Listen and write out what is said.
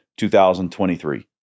2023